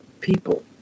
people